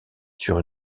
sur